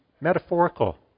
metaphorical